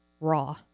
raw